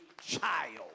child